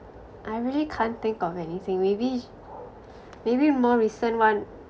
I really can't think of anything maybe maybe more recent one